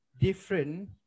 different